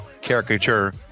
caricature